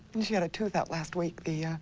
she had tooth out last week. the, ah,